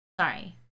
sorry